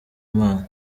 imana